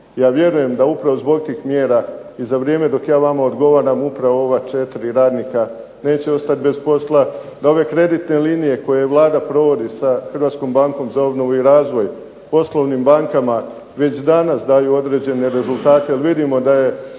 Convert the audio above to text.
Ja vjerujem da upravo zbog tih mjera i za vrijeme dok ja vama odgovaram upravo ova četiri radnika neće ostati bez posla. Da ove kreditne linije koje Vlada provodi sa Hrvatskom bankom za obnovu i razvoj poslovnim bankama već danas daju određene rezultate, jer vidimo da je